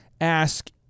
ask